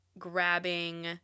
Grabbing